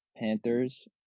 Panthers